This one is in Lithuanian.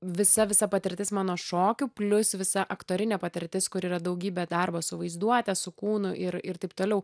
visa visa patirtis mano šokių plius visa aktorinė patirtis kur yra daugybė darbo su vaizduote su kūnu ir ir taip toliau